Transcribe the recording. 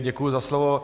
Děkuji za slovo.